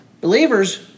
Believers